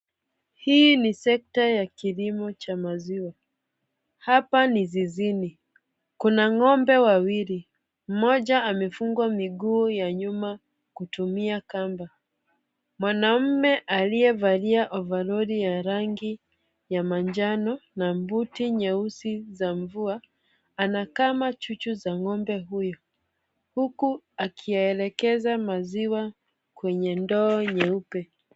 Hii ni sekta ya kilimo cha maziwa. Hapa ni zizini. Kuna ng'ombe wawili mmoja amefungwa miguu ya nyuma kutumia kamba. Mwanaume aliyevalia ovaroli ya rangi ya manjano na buti nyeusi za mvua, anakama chuchu za ng'ombe huyo. Huku akiyaelekeza maziwa kwenye ndoo nyeupe.